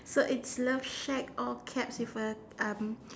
so it's love shack all caps with a um